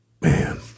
Man